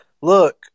look